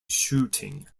shooting